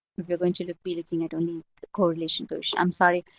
you're going to to be looking at only the correlation version. i'm sorry.